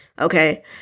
Okay